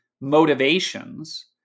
motivations